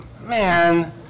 man